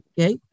Okay